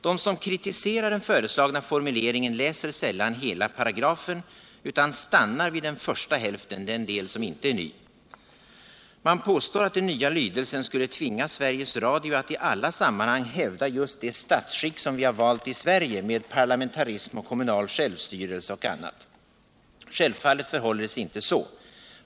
De som kritiserar den föreslagna formuleringen läser sällan hela paragrafen utan stannar vid den första hälften, den del som inte är ny. Man påstår att den nya lydelsen skulle tvinga Sveriges Radio att i alla sammanhang hävda just det statsskick som vi har valt i Sverige, med parlamentarism, kommunal självstyrelse och annat. Självfallet förhåller det sig inte så.